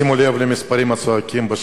שימו לב למספרים הצועקים,